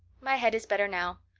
my head is better now.